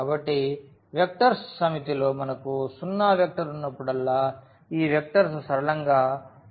కాబట్టి ఈ వెక్టర్స్ సమితిలో మనకు సున్నా వెక్టర్ ఉన్నప్పుడల్లా ఈ వెక్టర్స్ సరళంగా ఆధారపడి ఉంటాయి